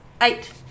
eight